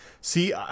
See